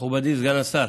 מכובדי סגן השר,